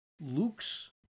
Luke's